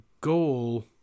goal